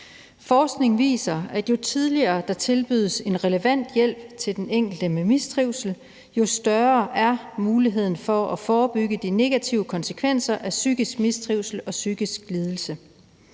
Forskning viser, at jo tidligere der tilbydes relevant hjælp til den enkelte med mistrivsel, jo større er muligheden for at forebygge de negative konsekvenser af psykisk mistrivsel og psykisk lidelse.